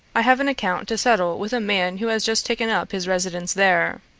i have an account to settle with a man who has just taken up his residence there.